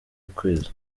ukwezi